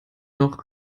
noch